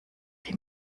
die